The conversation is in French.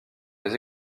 les